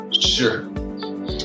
Sure